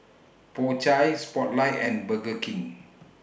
Po Chai Spotlight and Burger King